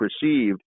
perceived